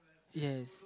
yes